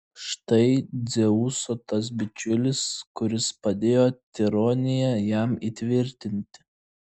štai dzeuso tas bičiulis kuris padėjo tironiją jam įtvirtinti